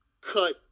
cut